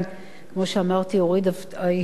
אורית עבדה ב"הום סנטר",